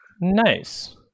Nice